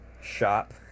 shop